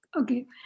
Okay